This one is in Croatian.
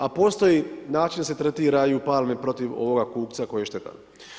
A postoji način da se tretiraju palme protiv ovoga kukca koji je štetan.